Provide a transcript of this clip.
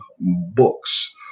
books